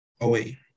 away